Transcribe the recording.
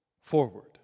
forward